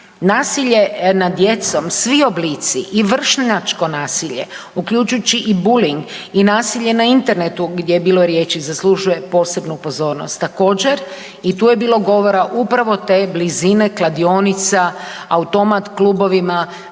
Nasilje od djecom svi oblici i vršnjačko nasilje, uključujući i buling i nasilje na internetu gdje je bilo riječi zaslužuje posebnu pozornost. Također i tu je bilo govora upravo te blizine kladionica, automat klubovima